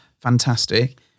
Fantastic